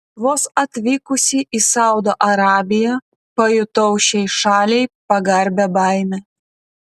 vos atvykusi į saudo arabiją pajutau šiai šaliai pagarbią baimę